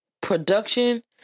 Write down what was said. production